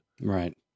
Right